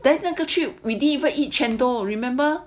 then 那个 trip we didn't even eat chendol remember